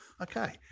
Okay